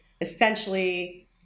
essentially